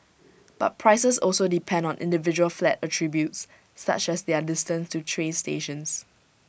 but prices also depend on individual flat attributes such as their distance to train stations